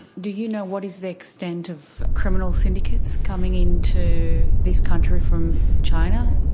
do you know what is the extent of criminal syndicates coming into this country from china?